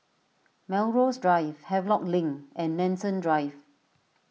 Melrose Drive Havelock Link and Nanson Drive